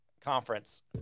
conference